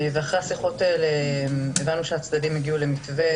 ואחרי השיחות האלה, הבנו שהצדדים הגיעו למתווה